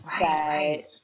right